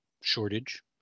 shortage